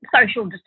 Social